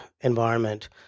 environment